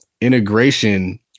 integration